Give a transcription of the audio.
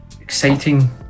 exciting